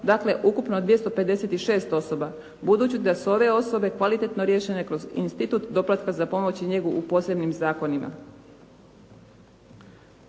Dakle ukupno 256 osoba budući da su ove osobe kvalitetno riješene kroz institut doplatka za pomoć i njegu u posebnim zakonima.